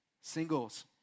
Singles